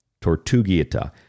Tortuguita